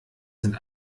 sind